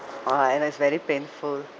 orh and it's very painful